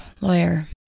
lawyer